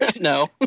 no